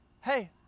hey